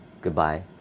Goodbye